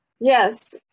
Yes